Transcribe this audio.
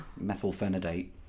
Methylphenidate